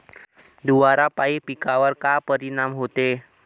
धुवारापाई पिकावर का परीनाम होते?